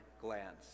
glance